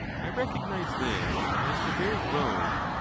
i recognise this as the very grove,